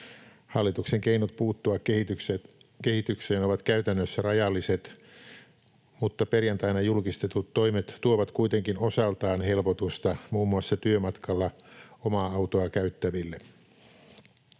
Hallituksen keinot puuttua kehitykseen ovat käytännössä rajalliset, mutta perjantaina julkistetut toimet tuovat kuitenkin osaltaan helpotusta muun muassa työmatkalla omaa autoa käyttäville.